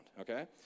okay